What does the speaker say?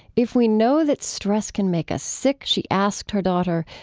if we know that stress can make us sick, she asked her daughter,